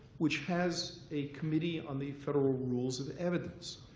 which has a committee on the federal rules of evidence.